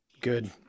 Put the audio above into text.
Good